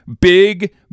Big